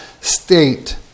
state